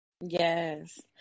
Yes